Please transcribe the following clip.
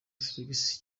felix